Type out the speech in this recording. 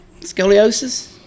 Scoliosis